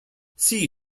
sea